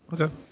Okay